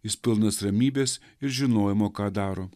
jis pilnas ramybės ir žinojimo ką daro